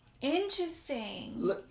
Interesting